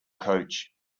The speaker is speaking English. coach